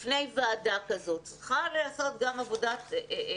לפני ועדה כזאת צריכה להיעשות גם עבודה